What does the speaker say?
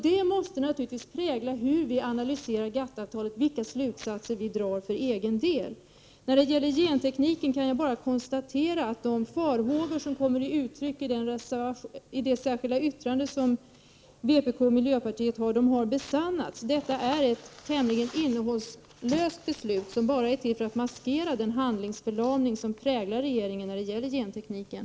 Detta måste naturligtvis prägla vårt sätt att analysera GATT-avtalet och de slutsatser som vi drar för egen del. När det gäller gentekniken kan jag bara konstatera att de farhågor som kommer till uttryck i det särskilda yttrande som vpk och miljöpartiet har avgivit har besannats. Detta blir ett tämligen innehållslöst beslut, som bara är till för att maskera den handlingsförlamning som präglar regeringen när det gäller gentekniken.